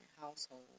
household